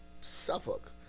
Suffolk